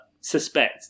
suspect